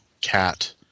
Cat